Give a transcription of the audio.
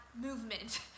movement